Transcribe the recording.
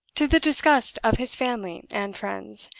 to the disgust of his family and friends,